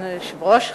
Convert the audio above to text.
סגן היושב-ראש.